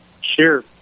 Sure